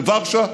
בוורשה,